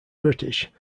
british